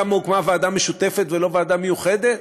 למה הוקמה ועדה משותפת ולא ועדה מיוחדת?